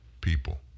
people